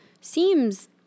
seems